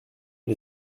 une